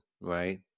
right